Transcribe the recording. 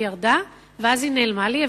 היא ירדה ואז היא נעלמה לי,